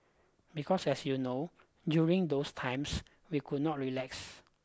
because as you know during those times we could not relax